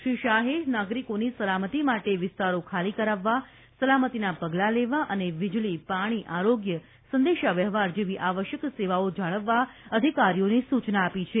શ્રી શાહે નાગરિકોની સલામિત માટે વિસ્તારો ખાલી કરાવવા સલામતિનાં પગલાં લેવાં અને વીજળી પાછી આરોગ્ય સંદેશાવ્યવહાર જેવી આવશ્યક સેવાઓ જાળવવા અધિકારીઓને સૂચના આપી છે